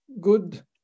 good